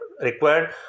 required